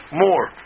more